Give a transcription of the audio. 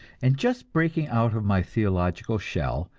and just breaking out of my theological shell,